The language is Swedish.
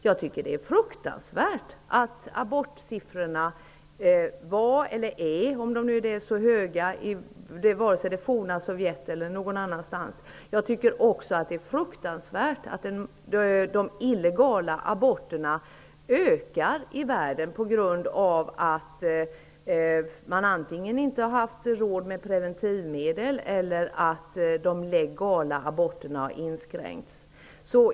Jag tycker att det är fruktansvärt att abortsiffrorna är så höga, om det nu är så, vare sig det är i det forna Sovjet eller någon annanstans. Det är också fruktansvärt att de illegala aborterna ökar i världen på grund av att man antingen inte har haft råd med preventivmedel eller att de legala aborterna har inskränkts.